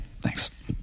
Thanks